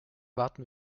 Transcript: warten